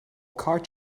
card